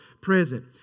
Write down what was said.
present